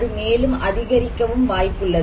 அது மேலும் அதிகரிக்கவும் வாய்ப்புள்ளது